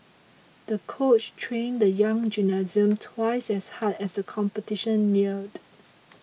the coach trained the young gymnast twice as hard as the competition neared